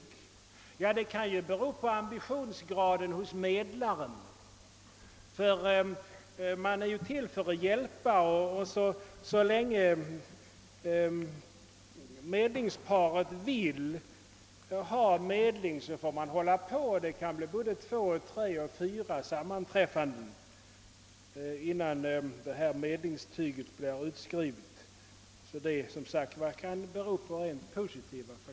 Men det kan bero på ambitionsgraden hos medlaren, ty denne är ju till för att hjälpa, och så länge medlingsparet vill ha medling får han också fortsätta sina försök. Det kan bli två, tre eller fyra sammanträffanden innan medlingsintyget skrivs ut. Det kan alltså bero på rent positiva faktorer.